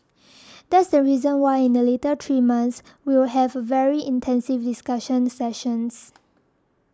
that's the reason why in the later three months we will have very intensive discussion sessions